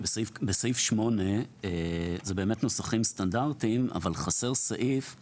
אלה באמת נוסחים סטנדרטים, אבל בסעיף 8